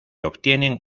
obtienen